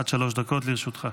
עד שלוש דקות לרשותך.